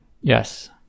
Yes